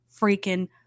freaking